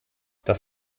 das